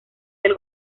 del